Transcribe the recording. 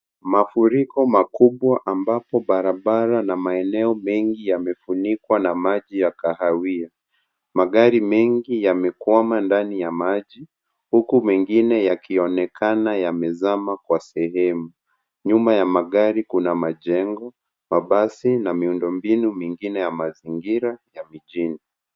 Mafuriko makubwa ambapo barabara na maeneo mengi yamefunikwa na maji ya kahawai. Magari mengi yamekwama ndani ya maji huku mengine yakionekana yamezama kwenye sehemu. Nyuma ya magari kuna majengo, mabasi na miundombinu mengine ya mazingira ya mjini.